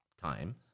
time